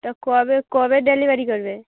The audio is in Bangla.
তা কবে কবে ডেলিভারি করবে